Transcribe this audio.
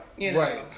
right